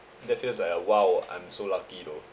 that feels like a !wow! I'm so lucky though